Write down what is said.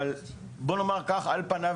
אבל בואו נאמר כך: על פניו,